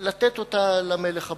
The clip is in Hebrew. לתת אותה למלך עבדאללה.